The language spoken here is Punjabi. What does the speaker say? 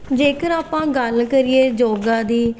ਜੇਕਰ ਆਪਾਂ ਗੱਲ ਕਰੀਏ ਯੋਗਾ ਦੀ